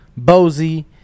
Bozy